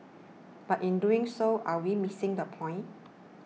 but in doing so are we missing the point